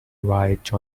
write